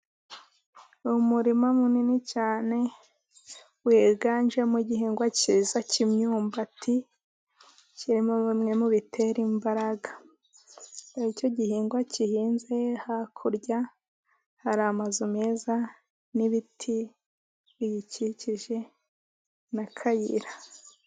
Umurima munini cyane wiganjemo igihingwa cyiza cy' imyumbati kirimo bimwe mu bitera imbaraga nicyo gihingwa gihinze hakurya hari amazu meza n' ibiti biyikikije na kayira.